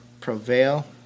prevail